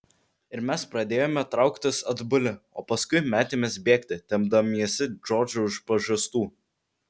ir mes pradėjome trauktis atbuli o paskui metėmės bėgti tempdamiesi džordžą už pažastų